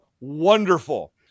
wonderful